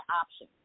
option